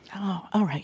oh, all right.